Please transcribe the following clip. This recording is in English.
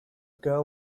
girl